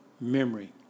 memory